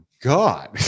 god